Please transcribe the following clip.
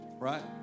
Right